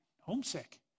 homesick